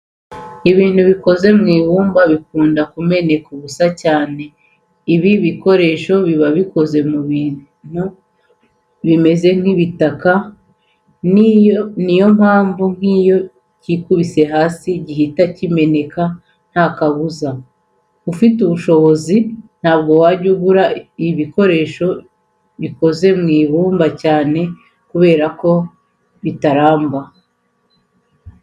Ibintu bikoze mu ibumba bikunda kumeneka ubusa cyane. Ibi bikoresho biba bikoze mu bintu bimeze nk'ibitaka, niyo mpamvu nk'iyo cyituye hasi gihita kimeneka nta kabuza. Ufite ubushobozi ntabwo wajya ugura ibikoresho bikoze mu ibumba cyane kubera ko bitaramba.